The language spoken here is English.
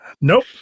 Nope